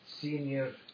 senior